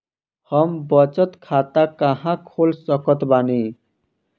हम बचत खाता कहां खोल सकत बानी?